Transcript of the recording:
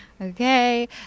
Okay